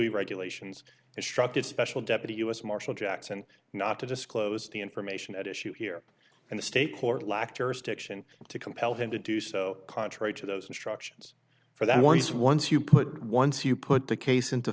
regulations instructed special deputy u s marshal jackson not to disclose the information at issue here and the state court lacked terrorist action to compel him to do so contrary to those instructions for that was once you put once you put the case into